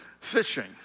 Fishing